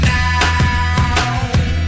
now